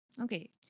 Okay